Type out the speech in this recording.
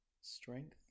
strength